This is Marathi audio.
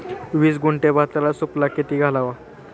वीस गुंठे भाताला सुफला किती घालावा?